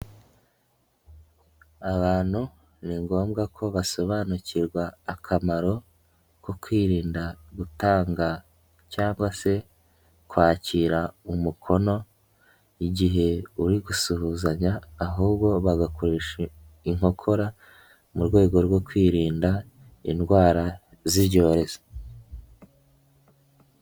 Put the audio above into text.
Abantu ni ngombwa ko basobanukirwa akamaro ko kwirinda gutanga cyangwa se kwakira umukono igihe uri gusuhuzanya, ahubwo bagakoresha inkokora mu rwego rwo kwirinda indwara z'ibyorezo.